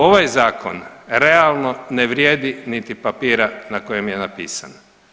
Ovaj zakon realno ne vrijedi niti papira na kojem je napisan.